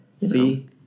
see